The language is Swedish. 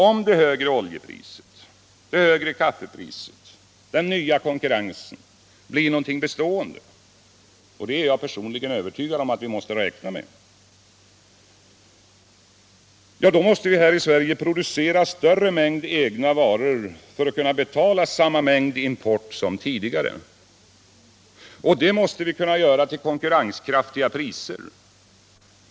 Om det högre oljepriset, det högre kaffepriset och den nya konkurrensen blir någonting bestående — och det är jag övertygad om att vi måste räkna med — måste vi här i Sverige producera större mängd egna varor för att kunna betala samma mängd import som tidigare, och det måste vi kunna göra till konkurrenskraftiga priser.